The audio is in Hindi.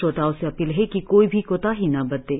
श्रोताओं से अपील है कि कोई भी कोताही न बरतें